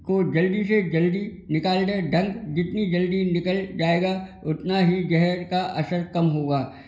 को जल्दी से जल्दी निकल दे डंक जितनी जल्दी निकल जाएगा उतना ही जहर का असर कम होगा